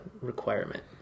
requirement